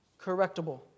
correctable